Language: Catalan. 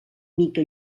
mica